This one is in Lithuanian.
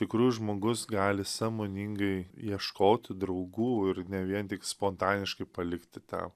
tikrųjų žmogus gali sąmoningai ieškoti draugų ir ne vien spontaniškai palikti tą